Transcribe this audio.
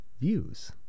Views